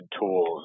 tools